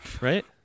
Right